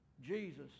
Jesus